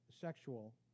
sexual